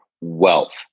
Wealth